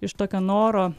iš tokio noro